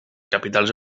capitals